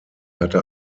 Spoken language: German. hatte